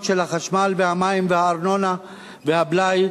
של החשמל והמים והארנונה והבלאי,